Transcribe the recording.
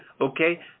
Okay